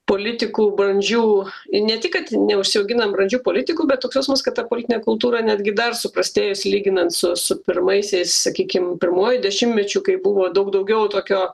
politikų brandžių ir ne tik kad neužsiauginam brandžių politikų bet tokios jausmas kad ta politinė kultūra netgi dar suprastėjus lyginant su su pirmaisiais sakykim pirmuoju dešimtmečiu kai buvo daug daugiau tokio